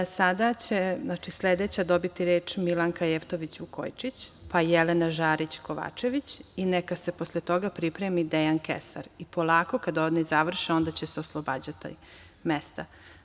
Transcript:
Sada će sledeća dobiti reč Milanka Jevtović Vukojičić, pa Jelena Žarić Kovačević i neka se posle toga pripremi Dejan Kesar i polako, kada oni završe, onda će se oslobađati mesta.